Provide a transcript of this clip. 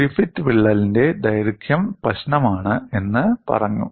Griffith വിള്ളലിന്റെ ദൈർഘ്യം പ്രശ്നമാണ് എന്ന് പറഞ്ഞു